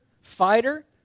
fighter